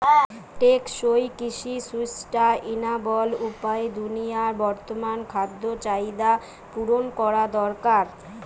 টেকসই কৃষি সুস্টাইনাবল উপায়ে দুনিয়ার বর্তমান খাদ্য চাহিদা পূরণ করা দরকার